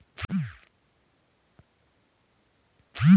গবাদি পশুদের পন্যের মধ্যে প্রচুর ব্রিড হয়